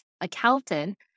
accountant